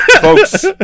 folks